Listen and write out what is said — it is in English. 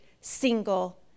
single